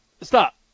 stop